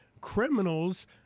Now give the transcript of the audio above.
criminals